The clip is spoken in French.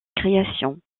création